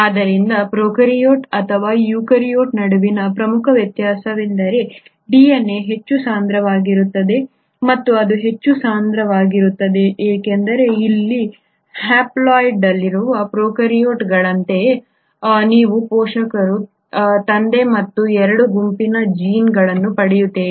ಆದ್ದರಿಂದ ಪ್ರೊಕಾರ್ಯೋಟ್ ಮತ್ತು ಯೂಕ್ಯಾರಿಯೋಟ್ ನಡುವಿನ ಪ್ರಮುಖ ವ್ಯತ್ಯಾಸವೆಂದರೆ DNA ಹೆಚ್ಚು ಸಾಂದ್ರವಾಗಿರುತ್ತದೆ ಮತ್ತು ಅದು ಹೆಚ್ಚು ಸಾಂದ್ರವಾಗಿರುತ್ತದೆ ಏಕೆಂದರೆ ಇಲ್ಲಿ ಹ್ಯಾಪ್ಲಾಯ್ಡ್ನಲ್ಲಿರುವ ಪ್ರೊಕಾರ್ಯೋಟ್ಗಳಂತಲ್ಲದೆ ನೀವು ಪೋಷಕರು ತಂದೆ ಮತ್ತು ಎರಡೂ ಗುಂಪಿನಿಂದ ಜೀನ್ಗಳನ್ನು ಪಡೆಯುತ್ತೀರಿ